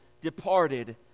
departed